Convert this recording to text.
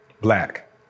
Black